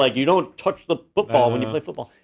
like you don't touch the football when you play football.